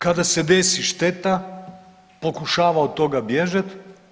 Kada se desi šteta pokušava od toga bježati.